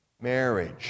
marriage